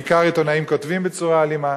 בעיקר עיתונאים כותבים בצורה אלימה,